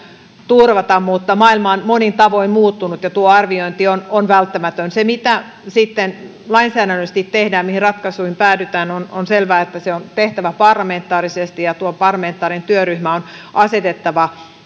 turvata mutta maailma on monin tavoin muuttunut ja tuo arviointi on on välttämätön mitä sitten lainsäädännöllisesti tehdäänkään mihin ratkaisuihin päädytään on on selvää että se on tehtävä parlamentaarisesti ja tuo parlamentaarinen työryhmä on asetettava